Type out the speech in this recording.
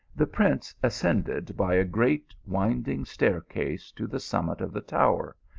the prince ascended by a great winding stairqase to the summit of the tower,